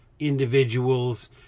individuals